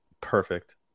perfect